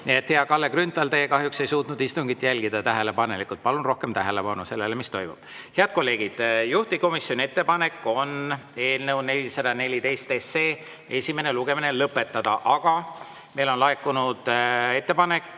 nime. Hea Kalle Grünthal, teie kahjuks ei suutnud istungit jälgida tähelepanelikult, palun rohkem tähelepanu sellele, mis toimub. Head kolleegid, juhtivkomisjoni ettepanek on eelnõu 414 esimene lugemine lõpetada, aga meile on laekunud ettepanek